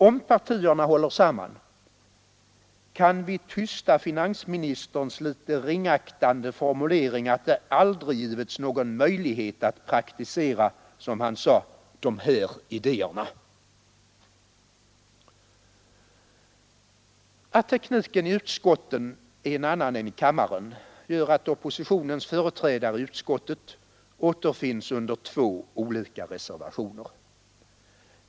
Om partierna håller samman, kan vi tysta finansministerns litet ringaktande formulering att det aldrig givits några möjligheter att praktisera, som han sade, ”de här idéerna”. Att tekniken i utskotten är en annan än i kammaren gör att oppositionens företrädare i utskottet återfinns under två olika reservationer.